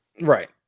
Right